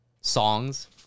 songs